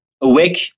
awake